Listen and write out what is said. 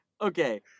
Okay